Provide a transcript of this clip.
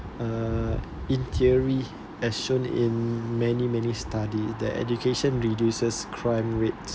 uh in theory as shown in many many start the education reduces crime rates